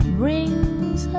brings